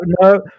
no